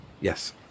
yes